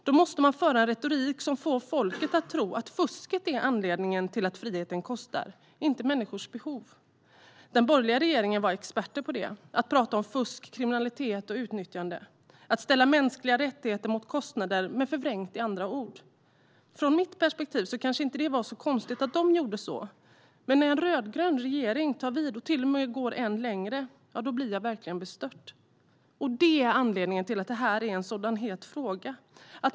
Då måste man föra en retorik som får folket att tro att fusket är anledningen till att friheten kostar, inte människors behov. Den borgerliga regeringen var experter på att prata om fusk, kriminalitet och utnyttjande, att ställa mänskliga rättigheter mot kostnader men förvrängt i andra ord. Från mitt perspektiv kanske det inte var så konstigt att de gjorde så, men när en rödgrön regering tar vid och till och med går ännu längre blir jag verkligen bestört. Det är anledningen till att detta är en så het fråga.